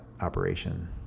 operation